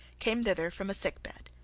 came thither from a sick bed.